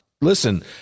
Listen